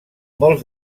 molts